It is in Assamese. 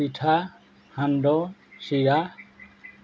পিঠা সান্দহ চিৰা